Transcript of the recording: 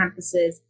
campuses